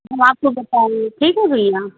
हम आपको बताएँगें ठीक है भैया